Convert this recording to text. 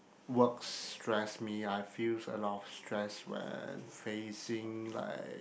work stress me I feels a lot of stress when facing like